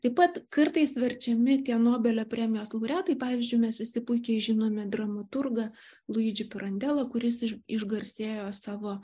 taip pat kartais verčiami tie nobelio premijos laureatai pavyzdžiui mes visi puikiai žinome dramaturgą luidžį pirandelą kuris išgarsėjo savo